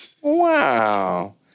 Wow